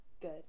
good